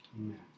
Amen